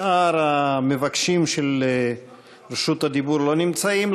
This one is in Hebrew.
שאר המבקשים רשות דיבור לא נמצאים,